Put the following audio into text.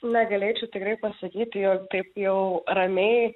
negalėčiau tikrai pasakyti jog taip jau ramiai